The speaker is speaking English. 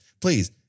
Please